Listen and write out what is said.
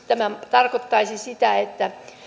tämä tarkoittaisi sitä että